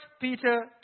Peter